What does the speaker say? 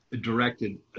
directed